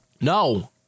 No